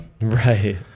Right